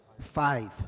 Five